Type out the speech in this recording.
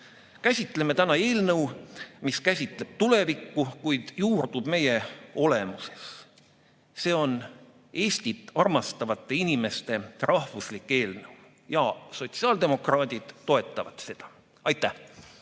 Käsitleme täna eelnõu, mis käsitleb tulevikku, kuid juurdub meie olemuses. See on Eestit armastavate inimeste rahvuslik eelnõu. Sotsiaaldemokraadid toetavad seda. Aitäh!